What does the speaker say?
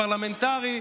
פרלמנטרי,